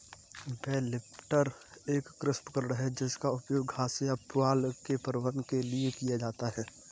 bell lifter एक कृषि उपकरण है जिसका उपयोग घास या पुआल के परिवहन के लिए किया जाता है